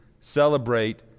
celebrate